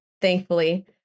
thankfully